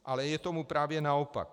Ale je tomu právě naopak.